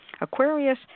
Aquarius